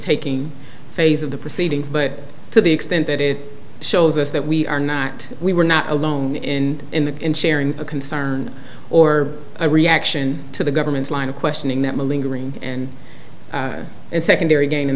taking phase of the proceedings but to the extent that it shows us that we are not we were not alone in in the in sharing a concern or a reaction to the government's line of questioning that lingering and and secondary gain in